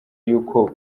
y’uko